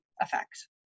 effect